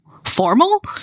formal